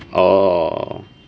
orh